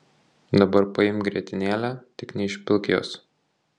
dabar paimk grietinėlę tik neišpilk jos